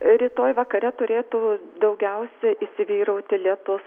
rytoj vakare turėtų daugiausia įsivyrauti lietus